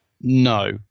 No